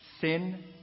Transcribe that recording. Sin